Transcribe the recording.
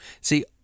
See